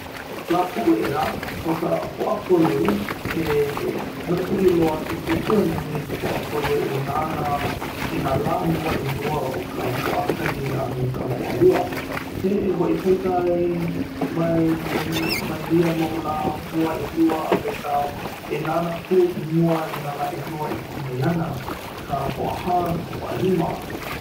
lā puʻu, ʻea? ʻo ka pōʻakolu he maikaʻi loa he kōkua nui ka pōʻakolu e nānā i nā lā mua ʻelua ʻo ka pōʻakahi a me ka pōʻalua pehea e hoʻoikaika ai mai mai i ia mau lā mua ʻelua a laila e nānā pū i mua i nā lā ʻelua e hiki mai ana ka pōʻahā a me ka pōʻalima.